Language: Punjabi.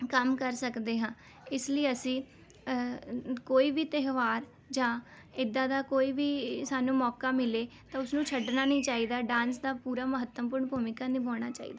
ਕੰਮ ਕਰ ਸਕਦੇ ਹਾਂ ਇਸ ਲਈ ਅਸੀਂ ਅ ਕੋਈ ਵੀ ਤਿਉਹਾਰ ਜਾਂ ਇੱਦਾਂ ਦਾ ਕੋਈ ਵੀ ਸਾਨੂੰ ਮੋਕਾ ਮਿਲੇ ਤਾਂ ਉਸ ਨੂੰ ਛੱਡਣਾ ਨਹੀਂ ਚਾਹੀਦਾ ਡਾਂਸ ਦਾ ਪੂਰਾ ਮਹੱਤਵਪੂਰਨ ਭੂਮਿਕਾ ਨਿਭਾਉਣਾ ਚਾਹੀ